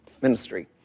ministry